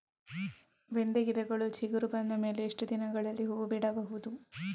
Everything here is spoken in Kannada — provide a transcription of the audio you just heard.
ಬೆಂಡೆ ಗಿಡಗಳು ಚಿಗುರು ಬಂದ ಮೇಲೆ ಎಷ್ಟು ದಿನದಲ್ಲಿ ಹೂ ಬಿಡಬಹುದು?